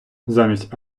замість